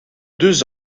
deux